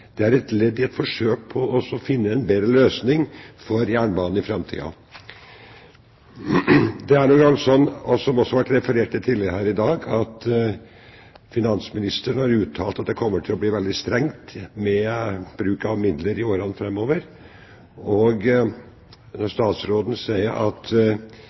det er et ledd i et forsøk på å finne en bedre løsning for jernbanen i framtiden. Det er nå engang sånn – som det også ble referert til tidligere her i dag – at finansministeren har uttalt at man kommer til å bli veldig streng med bruken av midler i årene framover, og statsråden sier at